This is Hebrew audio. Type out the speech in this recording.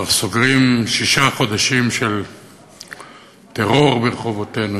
סוגרים שישה חודשים של טרור ברחובותינו,